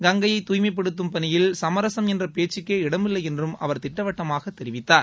கங்கையை தூய்மைப்படுத்தும் பணியில் சமரசம் என்ற பேச்சுக்கே இடமில்லை என்றும் அவர் திட்டவட்டமாக தெரிவித்தார்